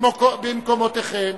במקומותיכם.